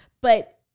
but-